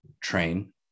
train